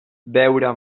beure